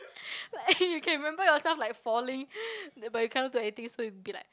like you can remember yourself like falling but you cannot do anything so you be like